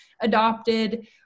adopted